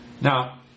Now